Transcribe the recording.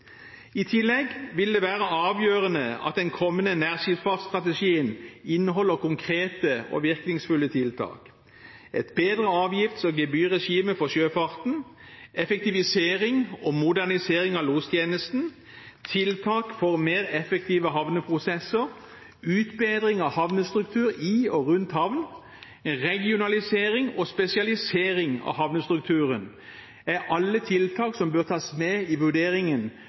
I tillegg vil det være avgjørende at den kommende nærskipsfartsstrategien inneholder konkrete og virkningsfulle tiltak. Et bedre avgifts- og gebyrregime for sjøfarten, effektivisering og modernisering av lostjenesten, tiltak for mer effektive havneprosesser, utbedring av infrastruktur i og rundt havn, regionalisering og spesialisering av havnestrukturen, er alle tiltak som bør tas med i vurderingen